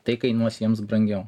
tai kainuos jiems brangiau